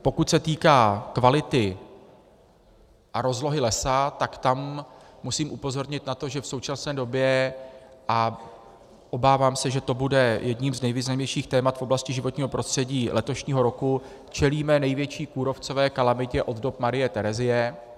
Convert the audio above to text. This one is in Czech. Pokud se týká kvality a rozlohy lesa, tam musím upozornit na to, že v současné době, a obávám se, že to bude jedním z nejvýznamnějších témat v oblasti životního prostředí letošního roku, čelíme největší kůrovcové kalamitě od dob Marie Terezie.